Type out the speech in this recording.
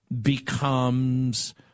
becomes